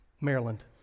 Maryland